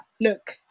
look